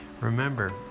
Remember